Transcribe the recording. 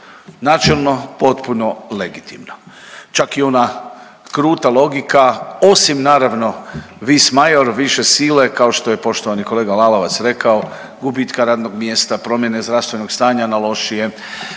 Načelno potpuno legitimno, čak i ona kruta logika osim naravno … više sile kao što je poštovani kolega Lalovac rekao gubitka radnog mjesta, promjene zdravstvenog stanja na lošije,